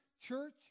church